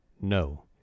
No